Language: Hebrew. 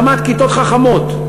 הקמת כיתות חכמות.